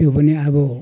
त्यो पनि अब